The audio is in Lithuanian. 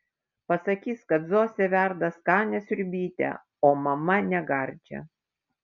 pasakys kad zosė verda skanią sriubytę o mama negardžią